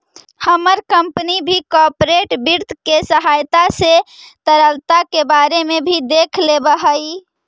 हमर कंपनी भी कॉर्पोरेट वित्त के सहायता से तरलता के बारे में भी देख लेब हई